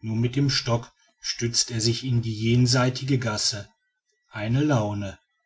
nur mit dem stock stützt er sich in die jenseitige gasse eine laune